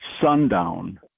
sundown